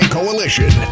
Coalition